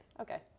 Okay